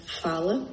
fala